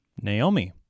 Naomi